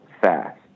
fast